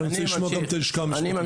אנחנו רוצים לשמוע גם את הלשכה המשפטית.